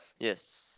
yes